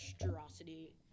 monstrosity